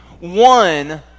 One